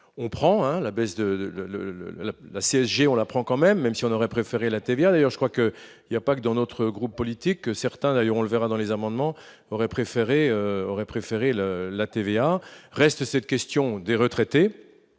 on prend un la baisse de, le, le, la, la CSG, on la prend quand même, même si on aurait préféré la TVA d'ailleurs je crois que il y a pas que dans notre groupe politique que certains d'ailleurs, on le verra dans les amendements auraient préféré aurait préféré le la TVA reste cette question des retraites